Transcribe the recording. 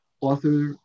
author